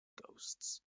ghosts